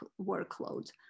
workload